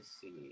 see